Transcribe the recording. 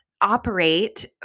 operate